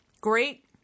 Great